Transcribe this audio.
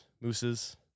mooses